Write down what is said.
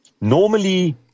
Normally